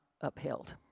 upheld